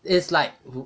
it's like